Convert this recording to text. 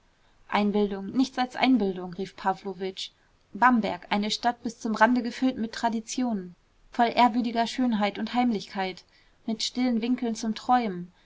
einbildung nichts als einbildung rief pawlowitsch bamberg eine stadt bis zum rande gefüllt mit traditionen voll ehrwürdiger schönheit und heimlichkeit mit stillen winkeln zum träumen